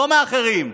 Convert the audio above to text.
לא מאחרים.